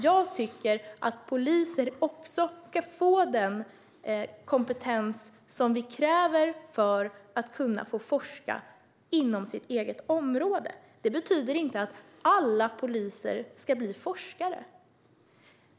Jag tycker att poliser ska få den kompetens som krävs för att också få forska inom sitt eget område. Detta betyder inte att alla poliser ska bli forskare.